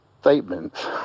statements